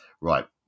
right